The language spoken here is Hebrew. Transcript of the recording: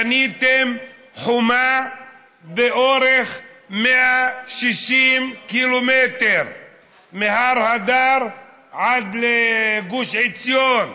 בניתם חומה באורך 160 ק"מ מהר אדר עד לגוש עציון,